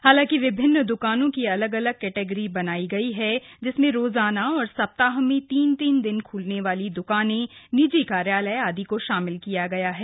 हालांकि विभिन्न द्कानों की अलग अलग कैटेगिरी बनाई गई है जिसमें रोजाना और सप्ताह में तीन तीन दिन खुलने वाली दुकानें निजी कार्यालय आदि को शामिल किया गया है